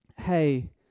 hey